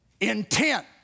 intent